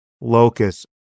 locus